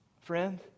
friend